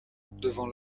devant